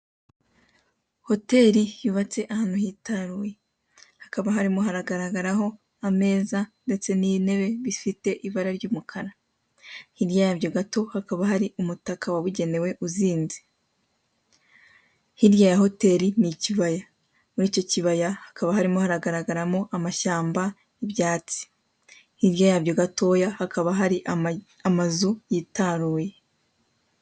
Hoteli yubatse ahantu hitaruye, hakaba harimo haragaragaraho ameza, ndetse n'intebe bifite ibara ry'umukara. Hirya yabyo gato hakaba hari umutaka wabugenewe uzinze. Hirya ya Hoteli ni ikibaya, muri icyo kibaya hakaba harimo haragaragaramo amashyamba n'ibyatsi. Hirya yabyo gatoya hakaba hari amazu yitaruye.